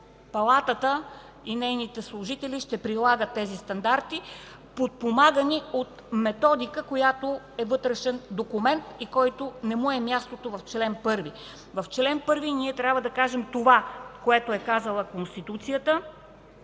Палатата и нейните служители ще прилагат тези стандарти, подпомагани от методика, която е вътрешен документ и на който не му е мястото в чл. 1. В чл. 1 ние трябва да кажем това, което е казала Конституцията,